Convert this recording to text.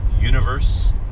universe